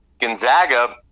Gonzaga